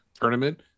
tournament